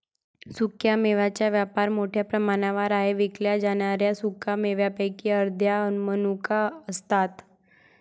सुक्या मेव्यांचा वापर मोठ्या प्रमाणावर आहे विकल्या जाणाऱ्या सुका मेव्यांपैकी अर्ध्या मनुका असतात